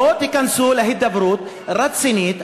בואו תיכנסו להידברות רצינית,